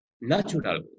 natural